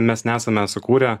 mes nesame sukūrę